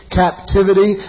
captivity